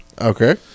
Okay